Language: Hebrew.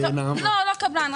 לא, הוא לא קבלן.